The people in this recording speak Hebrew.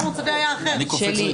באזרחי אני לא